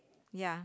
ya